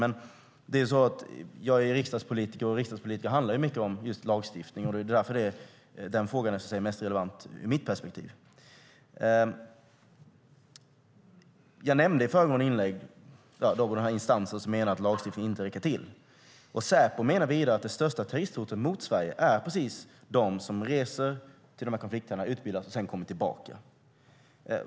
Jag är dock riksdagspolitiker, och riksdagspolitik handlar mycket om lagstiftning. Det är därför den frågan är mest relevant ur mitt perspektiv. Jag nämnde alltså i föregående inlägg några instanser som menar att lagstiftningen inte räcker till. Säpo menar vidare att det största terroristhotet mot Sverige är precis de som reser till konflikthärdarna, utbildar sig och sedan kommer tillbaka.